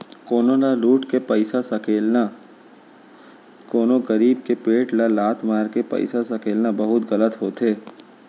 कोनो ल लुट के पइसा सकेलना, कोनो गरीब के पेट ल लात मारके पइसा सकेलना बहुते गलत होथे